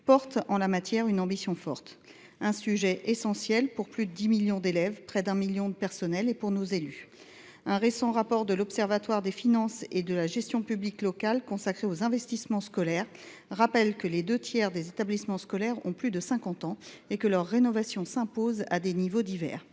forte en la matière. C’est un sujet essentiel pour plus de 10 millions d’élèves, près de 1 million de personnels et pour nos élus. Un récent rapport de l’Observatoire des finances et de la gestion publique locales consacré aux investissements scolaires rappelle que les deux tiers des établissements scolaires ont plus de cinquante ans et que leur rénovation s’impose, à des niveaux divers.